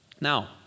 Now